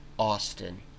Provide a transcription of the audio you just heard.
Austin